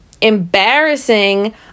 embarrassing